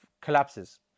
collapses